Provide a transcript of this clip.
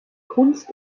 kunst